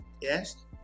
yes